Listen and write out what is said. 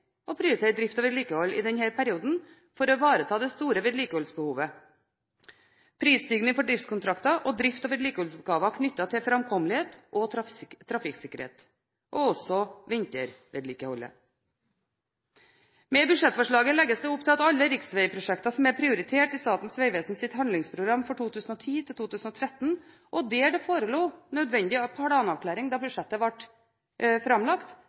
prioritere drift og vedlikehold i denne perioden for å ivareta det store vedlikeholdsbehovet, prisstigning for driftskontraktene og drifts- og vedlikeholdsoppgaver knyttet til framkommelighet og trafikksikkerhet, herunder vintervedlikeholdet. Med budsjettforslaget legges det opp til at alle riksveiprosjekter som er prioritert i Statens vegvesens handlingsprogram for 2010–2013 og der det forelå nødvendige planavklaring da budsjettet ble framlagt,